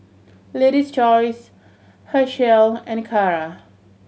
Lady's Choice Herschel and Kara